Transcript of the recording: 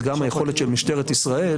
זה גם היכולת של משטרת ישראל,